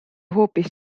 hoopis